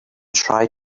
tried